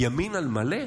ימין על מלא?